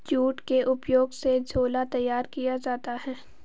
jute के उपयोग से झोला तैयार किया जाता है